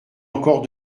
encore